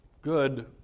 good